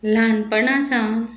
ल्हानपणा सावन